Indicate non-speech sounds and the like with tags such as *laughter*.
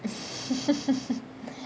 *laughs*